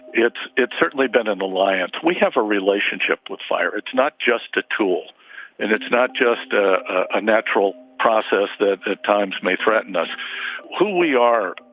it's it's certainly been an alliance. we have a relationship with fire. it's not just a tool and it's not just a a natural process that at times may threaten us who we are.